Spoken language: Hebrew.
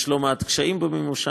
יש לא מעט קשיים במימושה,